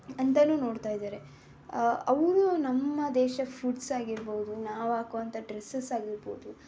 ಅಂತಲೂ ನೋಡ್ತಾಯಿದ್ದಾರೆ ಅವರು ನಮ್ಮ ದೇಶ ಫುಡ್ಸ್ ಆಗಿರ್ಬೋದು ನಾವು ಹಾಕುವಂಥ ಡ್ರಸ್ಸಸ್ ಆಗಿರ್ಬೋದು